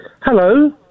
Hello